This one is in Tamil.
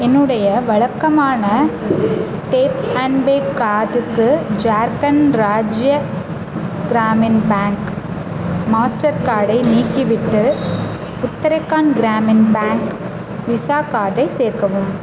என்னுடைய வழக்கமான டேப் அண்ட் பே கார்டுக்கு ஜார்க்கண்ட் ராஜ்ய கிராமின் பேங்க் மாஸ்டர் கார்டை நீக்கிவிட்டு உத்தரகாண்ட் கிராமின் பேங்க் விசா கார்டை சேர்க்கவும்